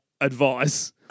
advice